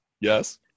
Yes